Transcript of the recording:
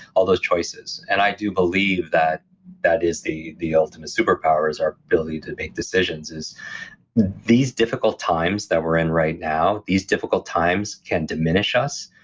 all those choices and i do believe that that is the the ultimate superpower, is our ability to make decisions. these difficult times that we're in right now, these difficult times can diminish us,